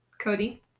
cody